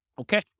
Okay